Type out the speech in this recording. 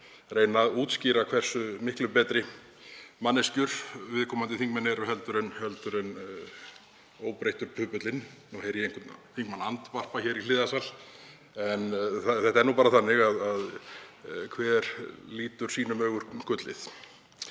að reyna að útskýra hversu miklu betri manneskjur þeir eru en óbreyttur pöpullinn. Nú heyri ég einhvern þingmann andvarpa hér í hliðarsal en það er nú bara þannig að hver lítur sínum augum silfrið.